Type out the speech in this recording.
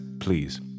please